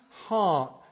heart